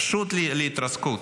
פשוט להתרסקות.